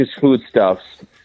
foodstuffs